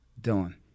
Dylan